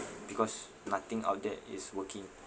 because nothing out there is working